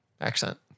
accent